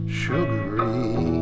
sugary